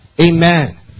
Amen